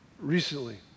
recently